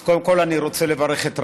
אז קודם כול אני רוצה לברך את רחל,